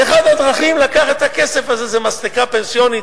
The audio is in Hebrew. ואחת הדרכים לקחת את הכסף הזה זו מסלקה פנסיונית